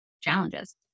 challenges